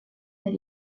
elle